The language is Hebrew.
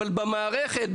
אבל במערכת,